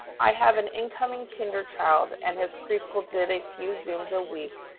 i have an incoming kinder child and his preschool did a few zooms a week.